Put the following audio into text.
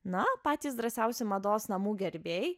na patys drąsiausi mados namų gerbėjai